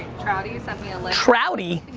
trouty sent me a link trouty?